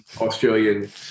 Australian